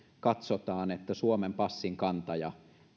katsotaan että suomen passin kantaja